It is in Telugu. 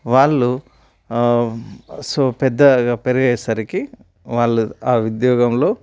వాళ్ళు సో పెద్దగా పెరిగే సరికి వాళ్ళు ఆ ఉద్యోగంలో